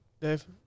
Dave